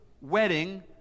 wedding